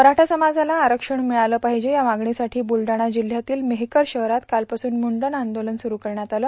मराठा समाजाला आरक्षण भिळाले पाहिजे या मागणीसाठी ब्रुलडाणा जिल्ह्यातील मेहकर शहरात कालपासून ग्रंडव आंदोलव स्वरू करण्यात आलं